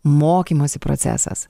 mokymosi procesas